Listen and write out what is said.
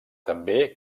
també